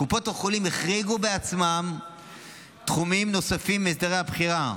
קופות החולים החריגו בעצמן תחומים נוספים מהסדרי הבחירה.